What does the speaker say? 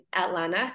Atlanta